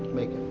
make